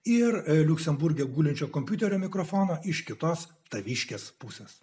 ir liuksemburge gulinčio kompiuterio mikrofono iš kitos taviškės pusės